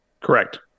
Correct